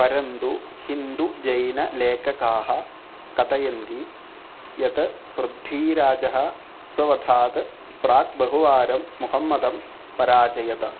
परन्तु हिन्दुजैनलेखकाः कथयन्ति यत् पृथ्वीराजः स्ववधात् प्राक् बहुवारं मुहम्मदं पराजयत्